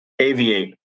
aviate